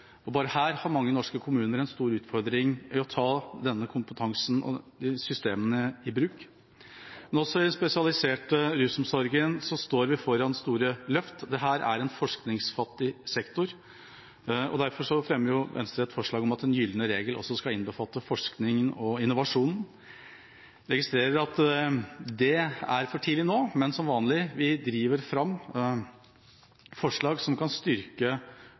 og bare her har mange norske kommuner en stor utfordring i å ta denne kompetansen og disse systemene i bruk. Men også i den spesialiserte rusomsorgen står vi foran store løft. Dette er en forskningsfattig sektor, og derfor fremmer Venstre et forslag om at den gylne regel også skal innbefatte forskning og innovasjon. Jeg registrerer at det er for tidlig nå, men som vanlig driver vi fram forslag som kan styrke